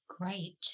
Great